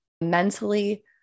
Mentally